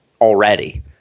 already